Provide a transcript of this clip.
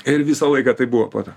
ir visą laiką taip buvo po to